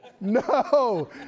No